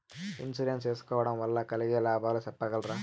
Insurance సేసుకోవడం వల్ల కలిగే లాభాలు సెప్పగలరా?